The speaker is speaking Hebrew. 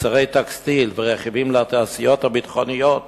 מוצרי טקסטיל ורכיבים לתעשיות הביטחוניות